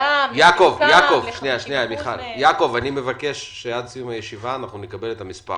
אני מבקש שעד סיום הישיבה נקבל את מספר